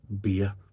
beer